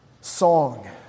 song